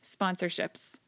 Sponsorships